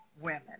women